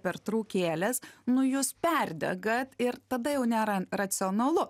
pertraukėlės nu jūs perdegat ir tada jau nėra racionalu